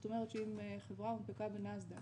זאת אומרת שאם חברה הונפקה בנאסד"ק